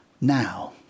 now